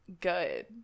good